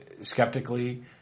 skeptically